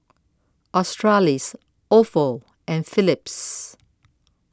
Australis Ofo and Phillips